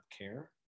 care